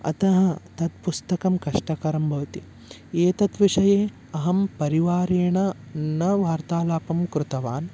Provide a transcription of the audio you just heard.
अतः तत् पुस्तकं कष्टंकरं भवति एतत् विषये अहं परिवारेण न वार्तालापं कृतवान्